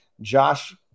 Josh